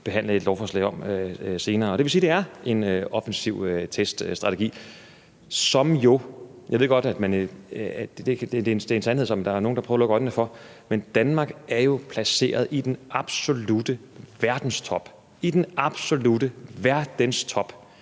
Det vil sige, at det er en offensiv teststrategi, som, og jeg ved godt, at det er en sandhed, som nogle prøver at lukke øjnene for, er med til, at Danmark jo er placeret i den absolutte verdenstop – i den absolutte verdenstop–